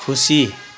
खुसी